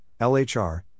LHR